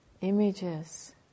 images